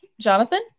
Jonathan